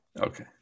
Okay